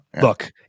Look